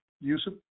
Yusuf